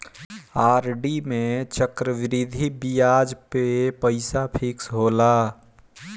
RD में चक्रवृद्धि बियाज पअ पईसा फिक्स होला